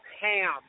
Ham